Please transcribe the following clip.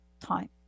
time